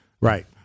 right